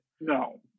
no